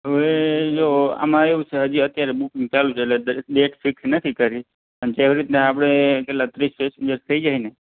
હવે જો આમાં એવું છે હજી અત્યારે બુકીંગ ચાલુ છે એટલે બેચ ફિક્સ નથી કરી પણ જેવી રીતના આપણે કેટલા ત્રિસેક થઈ જાય ને